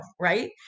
right